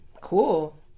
Cool